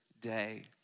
day